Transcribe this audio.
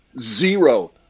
zero